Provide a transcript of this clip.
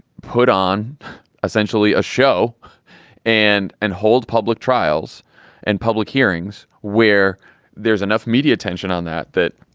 put on essentially a show and and hold public trials and public hearings where there's enough media attention on that that